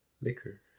Liquor